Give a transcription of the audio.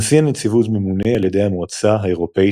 נשיא הנציבות ממונה על ידי המועצה האירופית